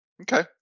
okay